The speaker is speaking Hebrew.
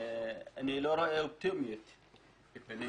אני לא רואה אופטימיות אצלם